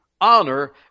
honor